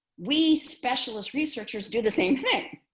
we specialist researchers do the same thing,